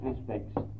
aspects